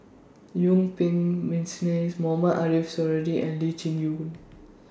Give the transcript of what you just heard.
Yuen Peng Mohamed Ariff Suradi and Lee Chin YOU